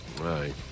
Right